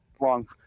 Wrong